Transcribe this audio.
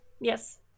Yes